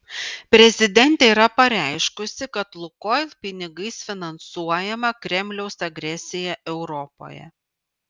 prezidentė yra pareiškusi kad lukoil pinigais finansuojama kremliaus agresija europoje